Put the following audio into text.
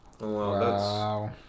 Wow